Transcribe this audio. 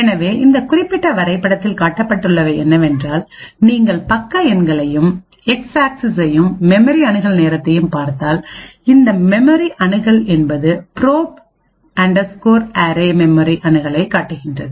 எனவே இந்த குறிப்பிட்ட வரைபடத்தில் காட்டப்பட்டுள்ளவை என்னவென்றால் நீங்கள் பக்க எண்களையும்எக்ஸ் ஆக்சிஸ்ச்சையும் மெமரி அணுகல் நேரத்தையும் பார்த்தால் இந்த மெமரி அணுகல் என்பது ப்ரோப் அண்டர் ஸ்கோர் அரேயில் மெமரி அணுகலை காட்டுகிறது